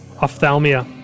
Ophthalmia